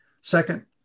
Second